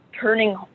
turning